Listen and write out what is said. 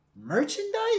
Merchandise